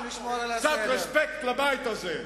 קצת רספקט לבית הזה,